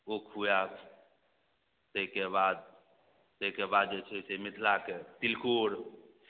ओ खुआयब तैके बाद तैके बाद जे छै से मिथिलाके तिलकोर